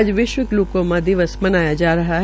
आज विश्व ग्लूकोमा दिवस मनाया जा रहा है